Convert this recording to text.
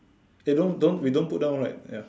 eh don't don't we don't put down right ya